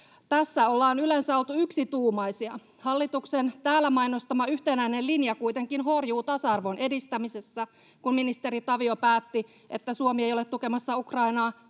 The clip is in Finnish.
Tässä ollaan yleensä oltu yksituumaisia. Hallituksen täällä mainostama yhtenäinen linja kuitenkin horjuu tasa-arvon edistämisessä, kun ministeri Tavio päätti, että Suomi ei ole tukemassa Ukrainaa